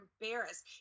embarrassed